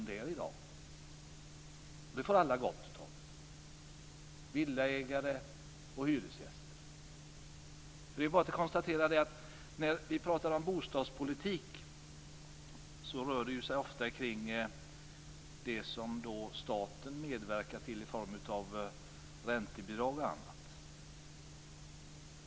Det får alla gott av, villaägare och hyresgäster. När vi diskuterar bostadspolitik rör det sig ofta om det som staten medverkar till i form av räntebidrag och annat.